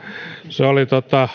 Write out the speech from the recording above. se oli